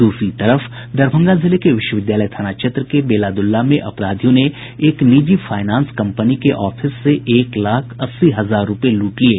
द्रसरी तरफ दरभंगा जिले के विश्वविद्यालय थाना क्षेत्र के बेलादुल्ला में अपराधियों ने एक निजी फायनांस कंपनी के ऑफिस से एक लाख अस्सी हजार रूपये लूट लिये